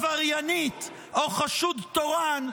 -- כל עבריינית או חשוד תורן,